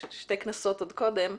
עוד שתי כנסות קודם,